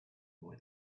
boy